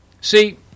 See